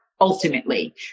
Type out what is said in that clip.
ultimately